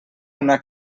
una